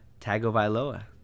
Tagovailoa